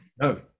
No